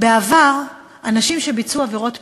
בעבר, אנשים שביצעו עבירות פליליות,